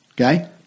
Okay